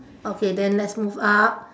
okay then let's move up